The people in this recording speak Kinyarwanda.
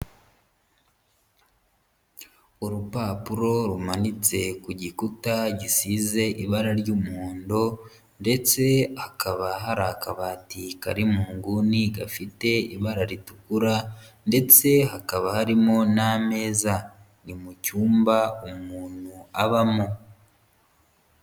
Urupapuro rumanitse ku gikuta gisize ibara ry'umuhondo ndetse hakaba hari akabati kari mu nguni gafite ibara ritukura ndetse hakaba harimo n'ameza, ni mu cyumba umuntu abamo.